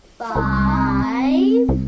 five